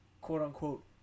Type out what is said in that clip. quote-unquote